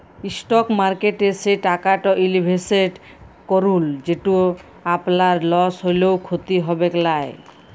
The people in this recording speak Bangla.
ইসটক মার্কেটে সে টাকাট ইলভেসেট করুল যেট আপলার লস হ্যলেও খ্যতি হবেক লায়